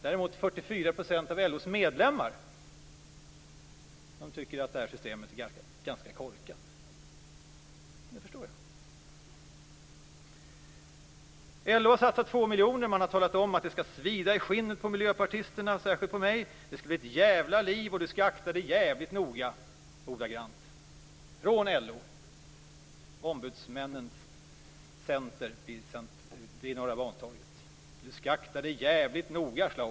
Däremot tycker 44 % av LO:s medlemmar att detta system är ganska korkat, och det förstår jag. LO har satsat 2 miljoner på att tala om att det skall svida i skinnet på miljöpartisterna, särskilt på mig, att det skall bli ett djävla liv och att jag skall akta mig djävligt noga. Detta sägs alltså från LO, ombudsmännens centrum vid Norra Bantorget. Man säger: Du skall akta dig djävligt noga Schlaug.